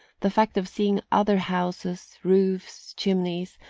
the fact of seeing other houses, roofs, chimneys,